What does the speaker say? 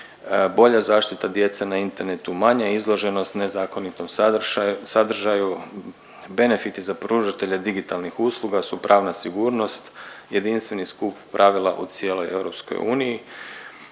bolja zaštita djece na internetu, manja izloženost nezakonitom sadržaju, benefiti za pružatelje digitalnih usluga su pravna sigurnost, jedinstveni skup pravila u cijeloj EU,